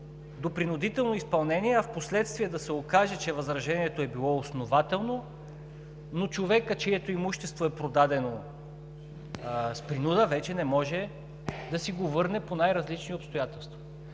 до принудително изпълнение, а впоследствие да се окаже, че възражението е било основателно, но човекът, чието имущество е продадено с принуда, вече не може да си го върне поради най-различни обстоятелства.